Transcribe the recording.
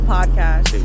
Podcast